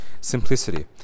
simplicity